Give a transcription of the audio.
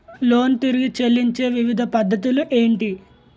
Loan తిరిగి చెల్లించే వివిధ పద్ధతులు ఏంటి?